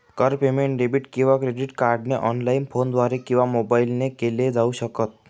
कर payment debit किंवा credit कार्डने ऑनलाइन, फोनद्वारे किंवा मोबाईल ने केल जाऊ शकत